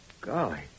Golly